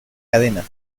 cadenas